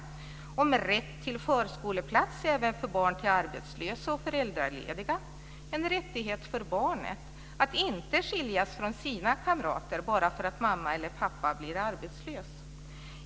Det handlar om rätt till förskoleplats även för barn till arbetslösa och föräldralediga - en rättighet för barnet att inte skiljas från sina kamrater bara för att mamma eller pappa blir arbetslös.